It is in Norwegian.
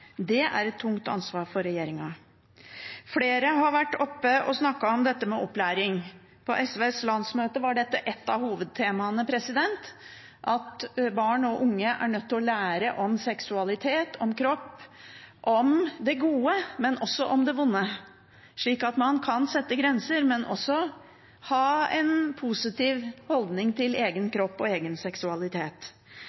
det er et tungt ansvar for regjeringen. Flere har vært oppe og snakket om dette med opplæring. På SVs landsmøte var dette et av hovedtemaene, at barn og unge er nødt til å lære om seksualitet, om kropp og om det gode, men også om det vonde, slik at man kan sette grenser, men også ha en positiv holdning til egen